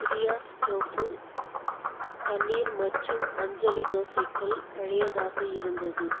பிரியாஸ் tofu paneer மற்றும் அஞ்சலி தோசைக்கல் பழையதாக இருந்தது